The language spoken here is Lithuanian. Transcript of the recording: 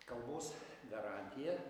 kalbos garantiją